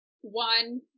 one